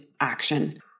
action